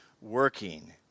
working